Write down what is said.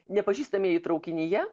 nepažįstamieji traukinyje